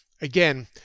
again